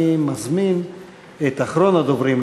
אני מזמין את אחרון הדוברים,